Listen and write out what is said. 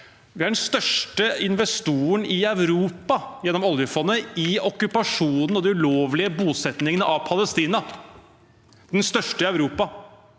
er den største investoren i Europa gjennom oljefondet i okkupasjonen – og de ulovlige bosettingene – av Palestina. Vi vet at